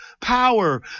power